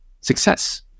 success